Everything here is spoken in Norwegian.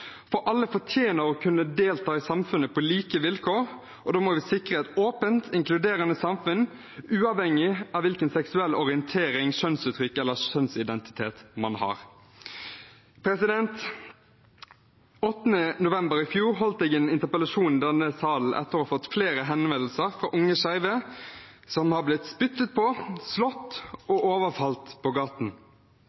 Alle fortjener å kunne delta i samfunnet på like vilkår, og da må vi sikre et åpent, inkluderende samfunn, uavhengig av hvilken seksuell orientering, kjønnsuttrykk eller kjønnsidentitet man har. Den 8. november i fjor holdt jeg en interpellasjon i denne sal etter å ha fått flere henvendelser fra unge skeive som har blitt spyttet på, slått